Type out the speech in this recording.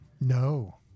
No